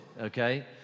okay